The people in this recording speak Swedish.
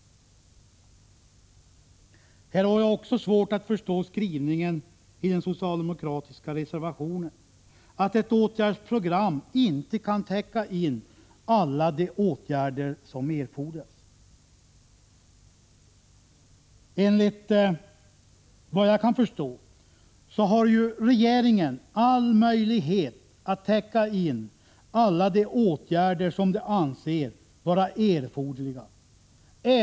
Här har jag också svårt att förstå skrivningen i den socialdemokratiska reservationen — att ett åtgärdsprogram inte kan täcka in alla de åtgärder som erfordras. Enligt vad jag kan förstå har regeringen alla möjligheter att täcka in de åtgärder som den anser vara erforderliga.